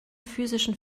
physischen